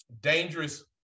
dangerous